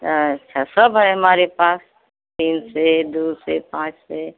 अच्छा सब है हमारे पास तीन से दो से पाँच से